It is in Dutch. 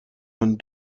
een